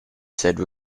said